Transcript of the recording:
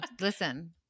listen